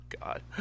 God